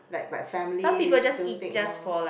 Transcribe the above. like like family this don't take more